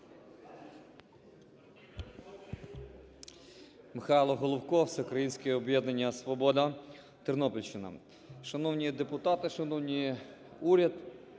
Михайло Головко, Всеукраїнське об'єднання "Свобода", Тернопільщина. Шановні депутати, шановний уряд,